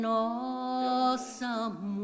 awesome